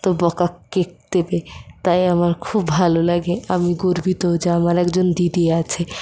তো বকা কে দেবে তাই আমার খুব ভালো লাগে আমি গর্বিত যে আমার একজন দিদি আছে